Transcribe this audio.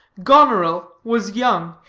goneril was young,